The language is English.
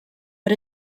but